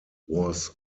was